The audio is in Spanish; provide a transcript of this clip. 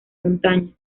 montaña